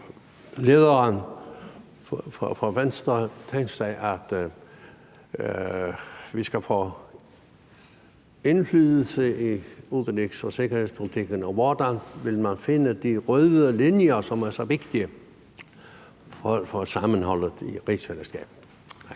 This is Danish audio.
partilederen for Venstre tænkt sig at vi skal få indflydelse på udenrigs- og sikkerhedspolitikken, og hvordan vil man finde de røde linjer, som er så vigtige for sammenholdet i rigsfællesskabet?